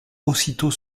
aussitôt